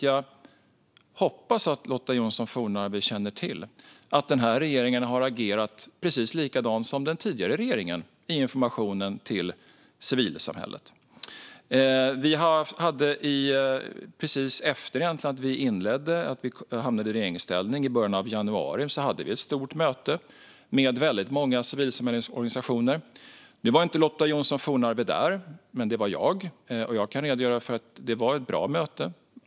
Jag hoppas att Lotta Johnsson Fornarve känner till att den här regeringen har agerat precis likadant som den tidigare regeringen i informationen till civilsamhället. Efter att vi hamnat i regeringsställning hade vi i början av januari ett stort möte med väldigt många civilsamhällesorganisationer. Lotta Johnsson Fornarve var inte där, men det var jag, och jag kan redogöra för att det var ett bra möte.